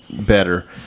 better